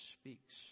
speaks